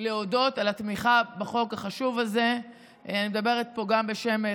היא דיברה על פגישות אצל,